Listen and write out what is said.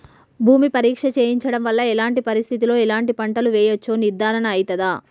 భూమి పరీక్ష చేయించడం వల్ల ఎలాంటి పరిస్థితిలో ఎలాంటి పంటలు వేయచ్చో నిర్ధారణ అయితదా?